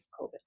COVID